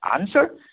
answer